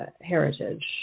heritage